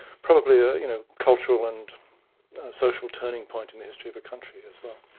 probably a you know cultural and social turning point in the history of the country as well.